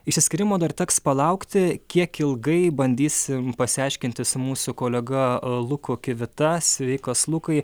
išsiskyrimo dar teks palaukti kiek ilgai bandysim pasiaiškinti su mūsų kolega luku kivita sveikas lukai